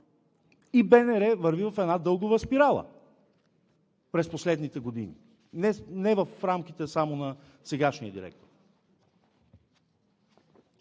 и БНР върви в една дългова спирала през последните години, не в рамките само на сегашния директор.